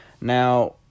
Now